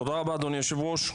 תודה רבה, אדוני היושב ראש.